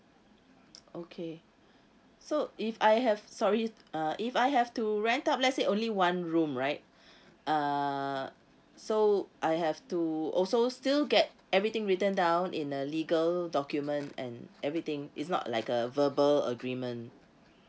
okay so if I have sorry uh if I have to rent out let's say only one room right uh so I have to also still get everything written down in a legal document and everything it's not like a verbal agreement